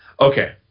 okay